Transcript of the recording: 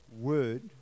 word